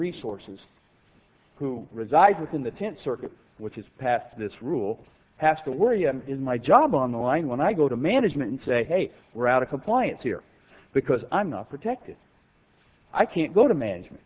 resources who resides within the tenth circuit which is past this rule has to worry and is my job on the line when i go to management and say hey we're out of compliance here because i'm not protected i can't go to management